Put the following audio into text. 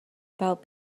about